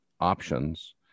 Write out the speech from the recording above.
options